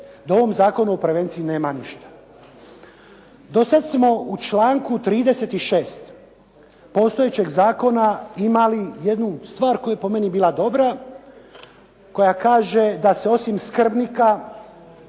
o ovom Zakonu o prevenciji nema ništa. Do sad smo u članku 36. postojećeg zakona imali jednu stvar koja je po meni bila dobra, koja kaže da se osim skrbnika